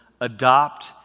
adopt